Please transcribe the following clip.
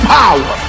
power